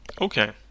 Okay